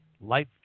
Life